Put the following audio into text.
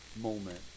moment